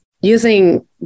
using